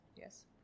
Yes